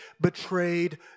betrayed